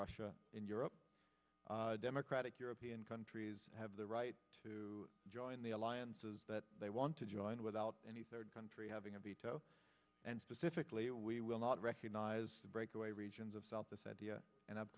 russia in europe democratic european countries have the right to join the alliances that they want to join without any third country having a veto and specifically we will not recognize the breakaway regions of south this idea and